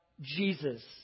Jesus